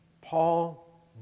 Paul